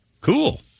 Cool